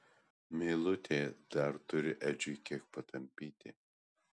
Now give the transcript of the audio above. meilutė dar turi edžiui kiek patampyti